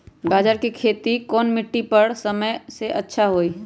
गाजर के खेती कौन मिट्टी पर समय अच्छा से होई?